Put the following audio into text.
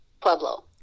Pueblo